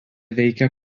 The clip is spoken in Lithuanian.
veikia